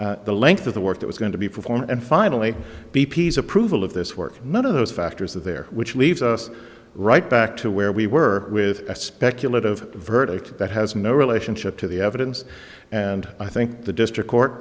performed the length of the work that was going to be performed and finally b p s approval of this work none of those factors are there which leaves us right back to where we were with a speculative verdict that has no relationship to the evidence and i think the district court